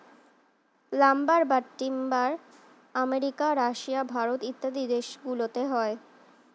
lumber বা timber America, Russia, Bharat ইত্যাদি দেশ গুলোতে হয়